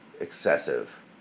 excessive